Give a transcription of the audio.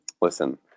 listen